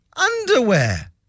Underwear